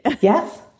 Yes